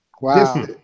Wow